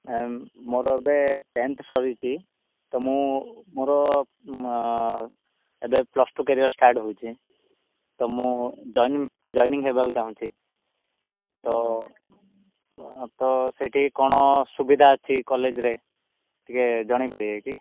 ମୋର ଏବେ ଟେନଥ୍ ସରିଛି ତ ମୁଁ ମୋର ଏବେ ପ୍ଲସ ଟୁ କ୍ୟାରିୟର୍ ଷ୍ଟାର୍ଟ ହେଉଛି ତ ମୁଁ ଜଏନିଂ ଜଏନିଂ ହେବାକୁ ଚାଁହୁଛି ତ ତ ସେଇଠି କ'ଣ ସୁବିଧା ଅଛି କଲେଜ୍ରେ ଟିକେ ଜଣେଇ ପାରିବେ କି